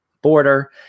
border